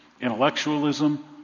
intellectualism